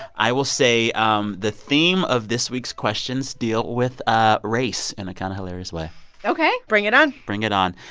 i will say um the theme of this week's questions deal with ah race in a kind of hilarious way ok bring it on bring it on.